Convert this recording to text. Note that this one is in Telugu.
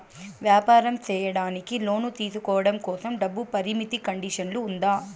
వ్యాపారం సేయడానికి లోను తీసుకోవడం కోసం, డబ్బు పరిమితి కండిషన్లు ఉందా?